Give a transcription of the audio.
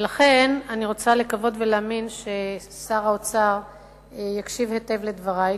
ולכן אני רוצה לקוות ולהאמין ששר האוצר יקשיב היטב לדברי,